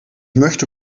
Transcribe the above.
möchte